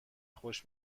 خوش